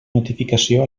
notificació